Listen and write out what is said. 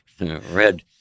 Red